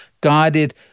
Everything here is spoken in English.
guided